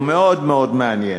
הוא מאוד מאוד מעניין.